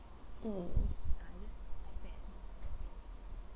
mm